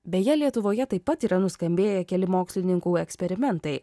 beje lietuvoje taip pat yra nuskambėję keli mokslininkų eksperimentai